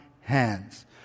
hands